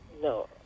No